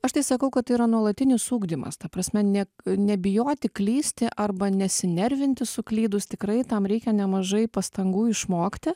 aš tai sakau kad tai yra nuolatinis ugdymas ta prasme ne nebijoti klysti arba nesinervinti suklydus tikrai tam reikia nemažai pastangų išmokti